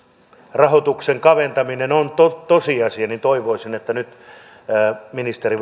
rahoituksen kaventaminen on tosiasia niin toivoisin että nyt ministeri